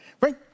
Right